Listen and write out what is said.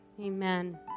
amen